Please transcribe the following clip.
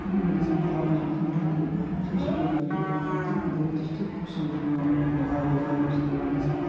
ییٚلہِ اَکہِ مےٚ ووٚن پاپس بہٕ تہِ یِم گِنٛدنہٕ تہٕ پکھ مےٚ سۭتۍ سُہ اوس بیکہِ پٮ۪ٹھ وَسان تہٕ بہٕ ووٚتھُس تہٕ سُہ اوس دِوان مےٚ اَتھِ موبایل وُبایل اوس سُہ دِوان مےٚ اَتھِ